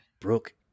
Brooke